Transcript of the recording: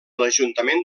l’ajuntament